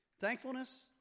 Thankfulness